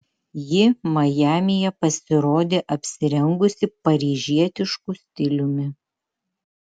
ji majamyje pasirodė apsirengusi paryžietišku stiliumi